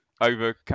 over